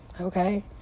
Okay